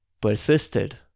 persisted